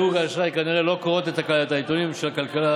חברות דירוג האשראי כנראה לא קוראות את העיתונים המקומיים של הכלכלה.